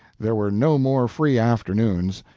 there were no more free afternoons.